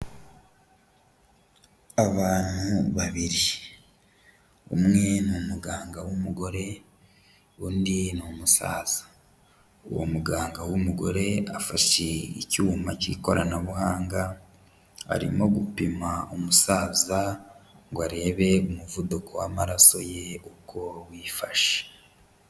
Abantu babiri. Umwe ni umuganga w'umugore, undi ni umusaza. Uwo muganga w'umugore, afashe icyuma cy'ikoranabuhanga, arimo gupima umusaza ngo arebe umuvuduko w'amaraso ye uko wifashe.